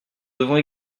devons